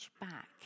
back